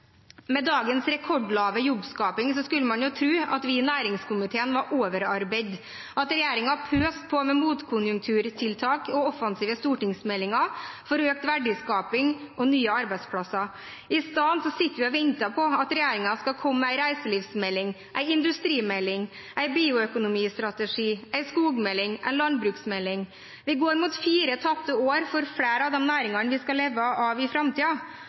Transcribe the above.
Med dagens rekordlave jobbskaping skulle man tro at vi i næringskomiteen var overarbeidet, at regjeringen pøste på med motkonjunkturtiltak og offensive stortingsmeldinger for økt verdiskaping og nye arbeidsplasser. I stedet sitter vi og venter på at regjeringen skal komme med en reiselivsmelding, en industrimelding, en bioøkonomistrategi, en skogmelding, en landbruksmelding. Det går mot fire tapte år for flere av næringene vi skal leve av i